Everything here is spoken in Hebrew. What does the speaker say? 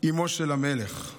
אימו של המלך.